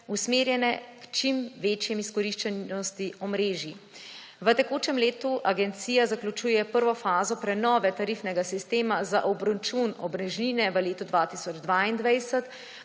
usmerjene k čim večji izkoriščenosti omrežij. V tekočem letu agencija zaključuje prvo fazo prenove tarifnega sistema, za obračun omrežnine v letu 2022